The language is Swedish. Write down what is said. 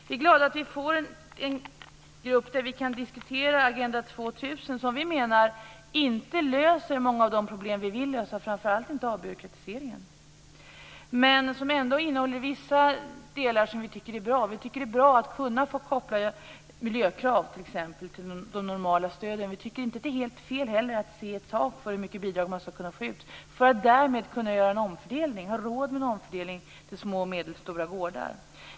Vi är glada att vi får en grupp där vi kan diskutera Agenda 2000, som vi menar inte löser många av de problem som vi vill lösa, framför allt inte byråkratiseringen. Men den innehåller ändå vissa delar som vi tycker är bra. Det är bra att man t.ex. kan få koppla miljökrav till de normala stöden. Vi tycker heller inte att det är helt fel att sätta ett tak för hur mycket bidrag man skall kunna få ut för att därmed kunna ha råd med en omfördelning till små och medelstora gårdar.